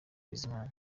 bizimana